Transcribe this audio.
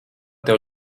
tev